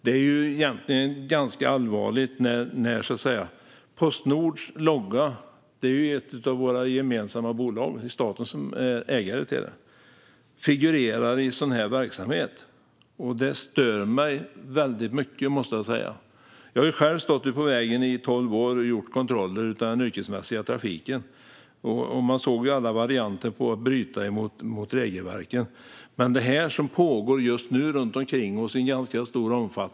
Det är allvarligt när Postnords logga - det är vårt gemensamma bolag; staten är ägare - figurerar i sådan verksamhet. Det stör mig mycket. Jag har själv stått på vägar i tolv år och kontrollerat den yrkesmässiga trafiken, och jag har sett alla varianter på att bryta mot regelverken.